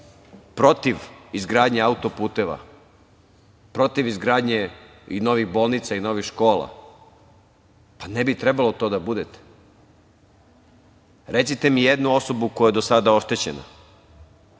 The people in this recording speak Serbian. protiv izgradnje auto-puteva, protiv izgradnje i novih bolnica i novih škola? Ne bi trebalo to da budete. Recite mi jednu osobu koja je do sada oštećena,